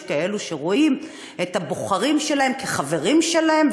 יש כאלה שרואים את הבוחרים שלהם כחברים שלהם,